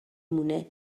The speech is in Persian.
مونه